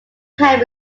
poem